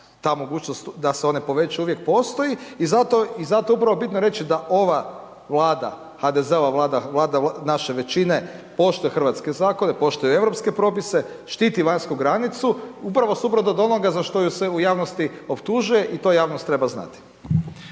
ta mogućnost da se one povećaju uvijek postoji i zato, zato je upravo bitno reći da ova Vlada, HDZ-ova Vlada, Vlada naše većine, poštuje hrvatske zakone, poštuje europske propise, štiti vanjsku granicu, upravo suprotno od onoga za što ju se u javnosti optužuje i to javnost treba znati.